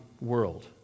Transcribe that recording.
world